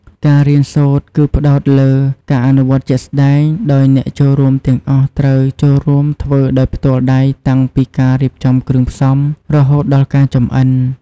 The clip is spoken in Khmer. ការរៀនសូត្រគឺផ្តោតលើ ការអនុវត្តជាក់ស្តែង ដោយអ្នកចូលរួមទាំងអស់ត្រូវចូលរួមធ្វើដោយផ្ទាល់ដៃតាំងពីការរៀបចំគ្រឿងផ្សំ រហូតដល់ការចម្អិន។